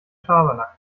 schabernack